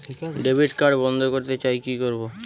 Debit card বন্ধ করতে চাই কি করব?